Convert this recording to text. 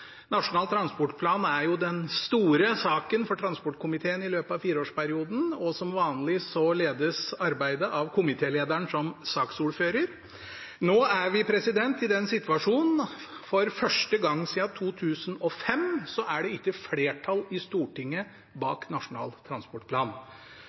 Nasjonal transportplan er jo den store saken for transportkomiteen i løpet av fireårsperioden, og som vanlig ledes arbeidet av komitélederen som saksordfører. Nå er vi i den situasjonen at for første gang siden 2005 er det ikke flertall i Stortinget